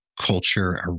culture